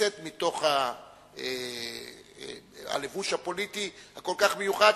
לצאת מתוך הלבוש הפוליטי הכל כך מיוחד